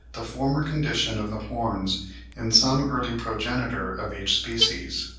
the former condition of the horns in some early progenitor of each species.